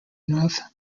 north